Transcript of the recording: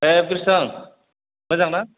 ए बिरस्रां मोजांना